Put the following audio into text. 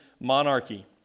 monarchy